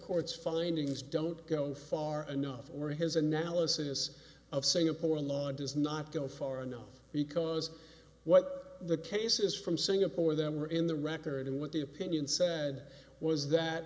court's findings don't go far enough or his analysis of singapore law does not go far enough because what the cases from singapore them are in the record and what the opinion said was that